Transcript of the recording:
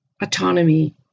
autonomy